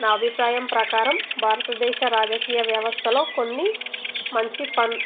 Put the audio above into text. నా అభిప్రాయం ప్రకారం భారతదేశ రాజకీయ వ్యవస్థలో కొన్ని మంచి పని